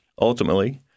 ultimately